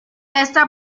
esta